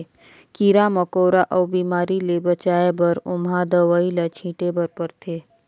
कीरा मकोरा अउ बेमारी ले बचाए बर ओमहा दवई ल छिटे बर परथे